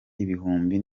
ibihumbi